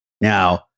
Now